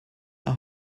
are